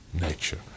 nature